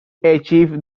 achieve